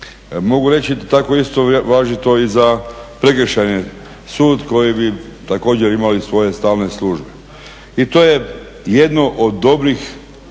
Mogu reći da tako isto važi to i za prekršajni sud koji bi također imali svoje stalne službe. I to je jedno od dobrih